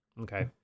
Okay